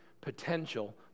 potential